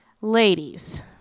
Ladies